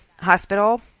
hospital